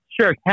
Sure